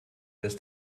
dass